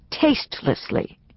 tastelessly